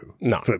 no